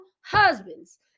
husbands